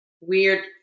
weird